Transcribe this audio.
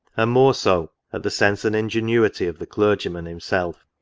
and more so, at the sense and ingenuity of the clergyman himself.